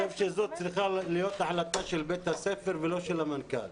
אני חושב שזאת צריכה להיות החלטה של בית הספר ולא של המנכ"ל.